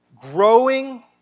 Growing